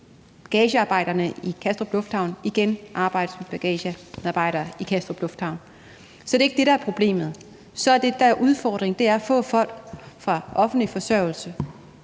bagagemedarbejderne i Københavns Lufthavn igen arbejde som bagagemedarbejdere i Københavns Lufthavn. Så det er ikke det, der er problemet. Udfordringen er at få folk fra offentlig forsørgelse